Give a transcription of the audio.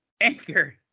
anchor